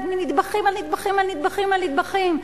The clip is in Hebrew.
נדבכים על נדבכים על נדבכים על נדבכים,